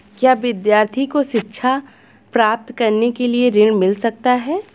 क्या विद्यार्थी को शिक्षा प्राप्त करने के लिए ऋण मिल सकता है?